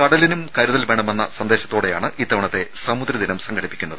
കടലിനും കരുതൽ വേണമെന്ന സന്ദേശത്തോടെയാണ് ഇത്തവണത്തെ സമുദ്ര ദിനം സംഘടിപ്പിക്കുന്നത്